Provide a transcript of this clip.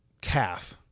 calf